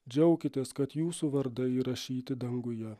džiaukitės kad jūsų vardai įrašyti danguje